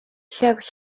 have